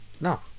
No